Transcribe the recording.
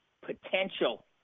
potential